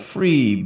Free